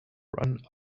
run